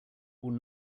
will